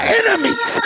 enemies